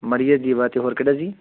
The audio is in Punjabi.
ਮੜੀਏ ਦੀਵਾ 'ਚ ਹੋਰ ਕਿਹੜਾ ਜੀ